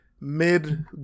mid